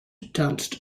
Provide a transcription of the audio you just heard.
danced